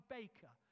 Baker